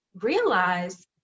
realize